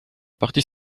partie